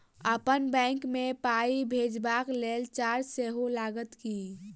अप्पन बैंक मे पाई भेजबाक लेल चार्ज सेहो लागत की?